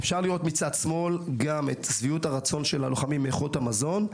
בשקף מצד שמאל אפשר לראות את שביעות הרצון של הלוחמים מאיכות המזון.